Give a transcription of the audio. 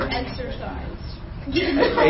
exercise